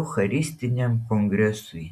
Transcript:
eucharistiniam kongresui